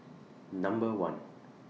Number one